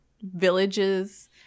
villages